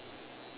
ya